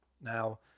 now